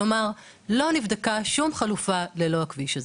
כלומר, לא נבדקה שום חלופה ללא הכביש הזה.